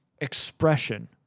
expression